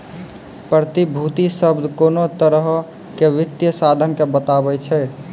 प्रतिभूति शब्द कोनो तरहो के वित्तीय साधन के बताबै छै